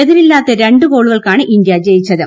എതിരില്ലാത്ത രണ്ട് ഗോളുകൾക്കാണ് ഇന്ത്യ ജ്യിച്ചത്